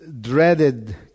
dreaded